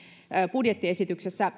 budjettiesityksessä